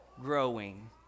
growing